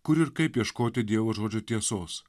kur ir kaip ieškoti dievo žodžio tiesos